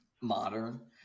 modern